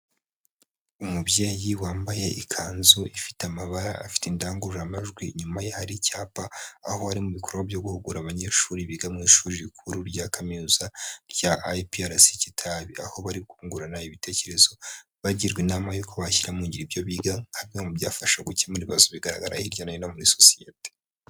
Umubyeyi wambaye ikanzu ifite amabara, afite indangururamajwi, inyuma ye hari icyapa, aho ari mu bikorwa byo guhugura abanyeshuri biga mu ishuri rikuru rya Kaminuza rya IPRC Kitabi. Aho bari kungurana ibitekerezo, bagirwa inama y'uko bashyira mu ngiro ibyo biga, nka bimwe mu byafasha gukemura ibibazo bigaragara hirya no hino muri sosiyete.